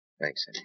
Thanks